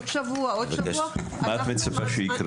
מה את מצפה שיקרה?